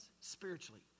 Spiritually